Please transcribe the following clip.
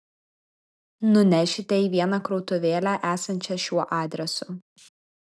nunešite į vieną krautuvėlę esančią šiuo adresu